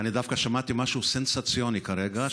אני דווקא שמעתי משהו סנסציוני כרגע,